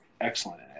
excellent